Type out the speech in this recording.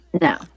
No